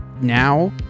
now